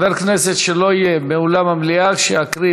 חבר כנסת שלא יהיה באולם המליאה כשאקריא